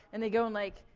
and they go and, like,